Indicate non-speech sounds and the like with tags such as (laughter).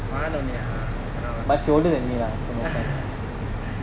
one only ah cannot lah (laughs)